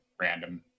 random